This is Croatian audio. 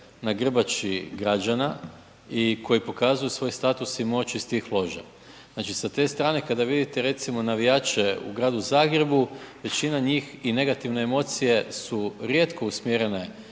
na grbači građana i koji pokazuju svoj status i moć iz tih loža. Znači sa te strane kada vidite recimo navijače u Gradu Zagrebu većina njih i negativne emocije su rijetko usmjerene